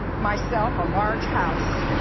myself a large house